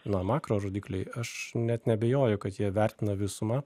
na makro rodikliai aš net neabejoju kad jie vertina visumą